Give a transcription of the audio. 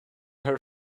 her